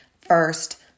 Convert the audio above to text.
first